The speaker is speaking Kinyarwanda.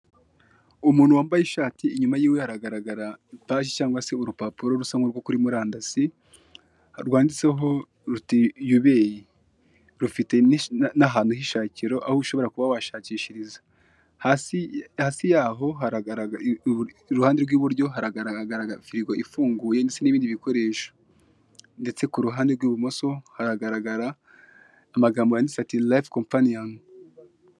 Umuntu wambaye ishati inyuma yiwe haragaragara ipaji se cyangwa urupapuro rusa nkurwo kuri murandasi, rwanditseho ruti "YUBEYI". Rufite n'ahantu hishakiro aho ushobora kuba washakishiriza, hasi yaho iruhande rw'iburyo haragaragara firigo ifunguye ndetse n'ibindi bikoresho, ndetse kuruhande rw'ibumoso haragaragara amagambo yanditse ati "Layifu Kompaniyoni".